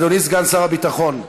אדוני סגן שר הביטחון,